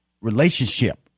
relationship